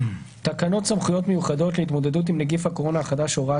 תקנות סמכויות מיוחדות להתמודדות עם נגיף הקורונה החדש (הוראת